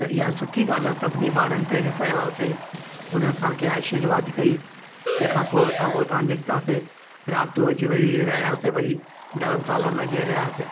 त इहा सुठी ॻाल्हि आहे सभिनि ॿारनि पेरे पिया हुआसीं हुन असांखे आशीर्वाद कई तंहिंखां पोइ असां पोइ हुता निकितासीं राति जो अची वरी रहियासीं वरी धरमशाला में अची रहियासीं